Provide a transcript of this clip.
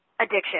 addiction